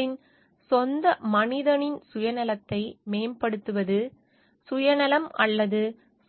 அவர்களின் சொந்த மனிதனின் சுயநலத்தை மேம்படுத்துவது சுயநலம் அல்லது